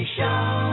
Show